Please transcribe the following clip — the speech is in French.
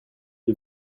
est